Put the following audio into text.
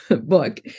book